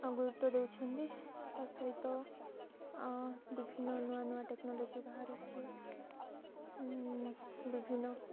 ଗୁରୁତ୍ୱ ଦେଉଛନ୍ତି ତା' ସହିତ ବିଭିନ୍ନ ନୂଆ ନୂଆ ଟେକ୍ନୋଲୋଜି ବାହାରୁଛି ବିଭିନ୍ନ